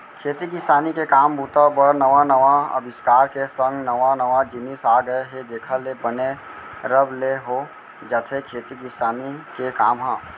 खेती किसानी के काम बूता बर नवा नवा अबिस्कार के संग नवा नवा जिनिस आ गय हे जेखर ले बने रब ले हो जाथे खेती किसानी के काम ह